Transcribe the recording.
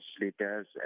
leaders